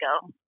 go